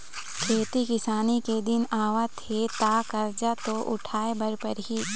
खेती किसानी के दिन आवत हे त करजा तो उठाए बर परही